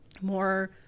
more